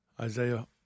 Isaiah